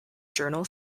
journal